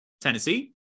Tennessee